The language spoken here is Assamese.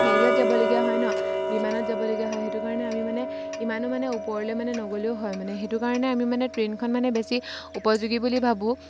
হেৰিয়ত যাবলগীয়া হয় ন বিমানত যাবলগীয়া হয় সেইটো কাৰণে আমি মানে ইমানো মানে ওপৰলৈ মানে নগ'লেও হয় মানে সেইটো কাৰণে আমি মানে ট্ৰেইনখন মানে বেছি উপযোগী বুলি ভাবোঁ